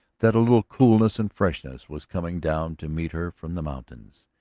that a little coolness and freshness was coming down to meet her from the mountains.